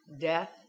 death